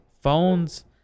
phones